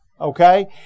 Okay